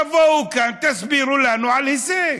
תבואו לכאן, תסבירו לנו על הישג.